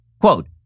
quote